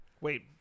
Wait